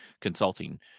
consulting